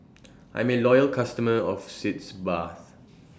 I'm A Loyal customer of Sitz Bath